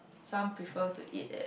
some prefer to eat at